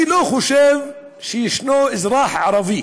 אני לא חושב שיש אזרח ערבי